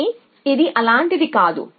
కానీ ఇది అలాంటిది కాదు